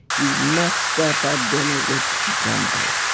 you must start that dinner with gumbo.